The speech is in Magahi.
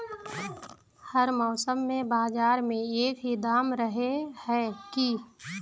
हर मौसम में बाजार में एक ही दाम रहे है की?